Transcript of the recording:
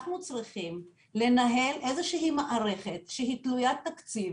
אנחנו צריכים לנהל מערכת שהיא תלוית תקציב